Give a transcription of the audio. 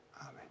amen